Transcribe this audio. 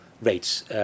rates